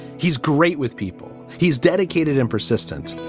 he's great with people. he's dedicated and persistent